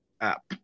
app